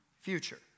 future